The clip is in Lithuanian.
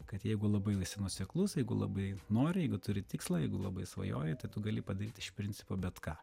kad jeigu labai esi nuoseklus jeigu labai nori jeigu turi tikslą jeigu labai svajoji tai tu gali padaryti iš principo bet ką